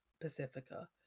Pacifica